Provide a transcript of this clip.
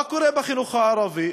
מה קורה בחינוך הערבי?